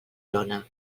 lona